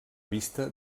vista